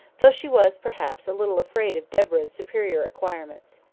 though she was, perhaps, a little afraid of deborah's superior acquirements.